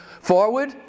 forward